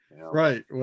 right